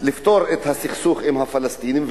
לפתור את הסכסוך עם הפלסטינים,